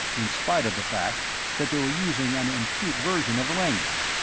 in spite of the fact that they were using an antique version of the language,